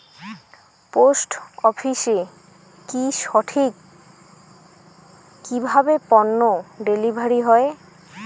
Post অফিসে কি সঠিক কিভাবে পন্য ডেলিভারি হয়?